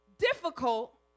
difficult